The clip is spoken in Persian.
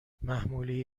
محموله